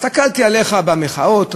הסתכלתי עליך במחאות,